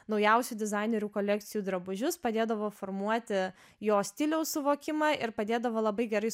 naujausią dizainerių kolekcijų drabužius padėdavo formuoti jo stiliaus suvokimą ir padėdavo labai gerai